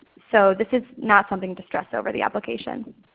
so this is not something to stress over, the application.